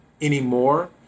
anymore